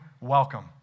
welcome